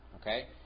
Okay